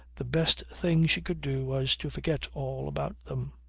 the best thing she could do was to forget all about them.